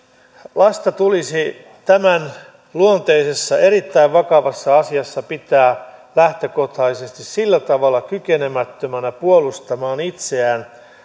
lasta tulisi tämänluonteisessa erittäin vakavassa asiassa pitää lähtökohtaisesti sillä tavalla kykenemättömänä puolustamaan itseään